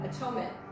atonement